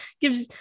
gives